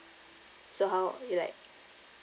so how it like